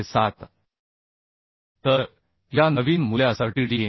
307 तर या नवीन मूल्यासहTdn